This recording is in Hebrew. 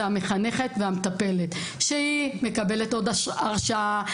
המחנכת והמטפלת שהיא מקבלת עוד הרשאה,